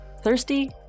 Thirsty